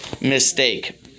mistake